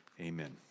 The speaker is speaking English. Amen